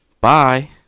Bye